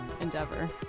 endeavor